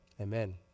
Amen